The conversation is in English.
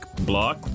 block